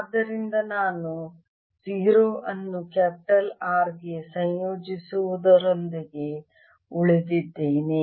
ಆದ್ದರಿಂದ ನಾನು 0 ಅನ್ನು ಕ್ಯಾಪಿಟಲ್ R ಗೆ ಸಂಯೋಜಿಸುವುದರೊಂದಿಗೆ ಉಳಿದಿದ್ದೇನೆ